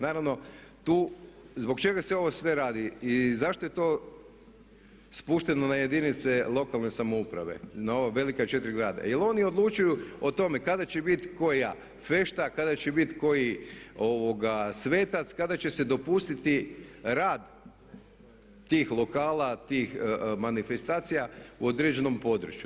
Naravno, zbog čega se sve ovo radi i zašto je to spušteno na jedinice lokalne samouprave, na ova velika 4 grada, jel oni odlučuju o tome, kada će biti kao ja, fešta, kada će biti koji svetac, kada će se dopustiti rad tih lokala, tih manifestacija u određenom području.